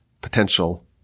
potential